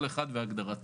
כל אחד בהגדרתו,